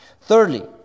Thirdly